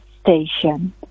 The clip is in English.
station